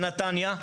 בנתניה,